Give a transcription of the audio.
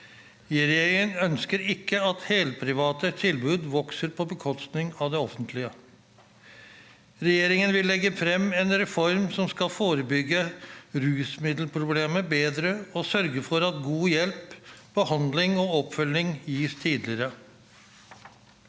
Regjeringen ønsker ikke at helprivate tilbud vokser på bekostning av det offentlige. Regjeringen vil legge frem en reform som skal forebygge rusmiddelproblemer bedre og sørge for at god hjelp, behandling og oppfølging gis tidligere.